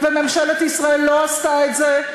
וממשלת ישראל לא עשתה את זה,